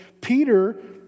Peter